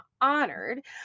honored